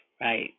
right